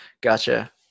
Gotcha